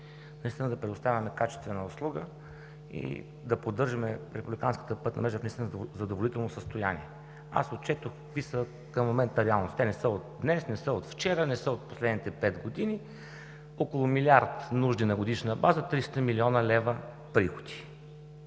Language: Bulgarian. е да предоставяме качествена услуга и да поддържаме републиканската пътна мрежа наистина в задоволително състояние. Аз отчетох какви са реалностите към момента. Те не са от днес, не са от вчера, не са от последните пет години. Около милиард нужди на годишна база при 300 млн. лв приходи.